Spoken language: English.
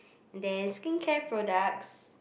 there is skincare products